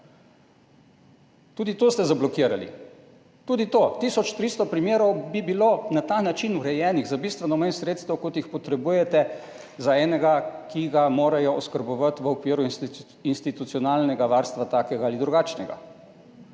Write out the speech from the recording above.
Tudi to ste zablokirali, tudi to, tisoč 300 primerov bi bilo na ta način urejenih za bistveno manj sredstev, kot jih potrebujete za enega, ki ga morajo oskrbovati v okviru institucionalnega varstva, takega ali drugačnega.